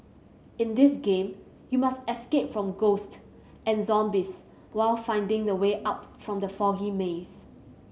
in this game you must escape from ghost and zombies while finding the way out from the foggy maze